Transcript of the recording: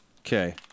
Okay